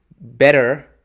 better